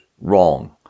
wrong